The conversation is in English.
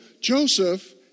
Joseph